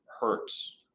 hurts